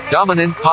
Dominant